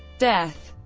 death